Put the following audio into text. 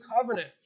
covenant